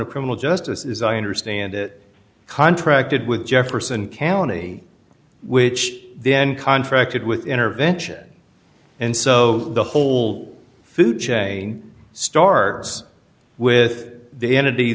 of criminal justice is i understand it contracted with jefferson county which then contracted with intervention and so the whole foods a starts with the en